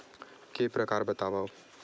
के प्रकार बतावव?